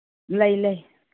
ꯂꯩ ꯂꯩ